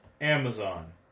Amazon